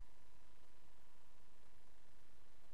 להשיג